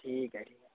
ठीक आहे ठी